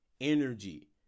Energy